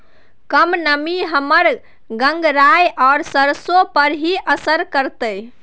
कम नमी हमर गंगराय आ सरसो पर की असर करतै?